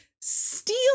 steal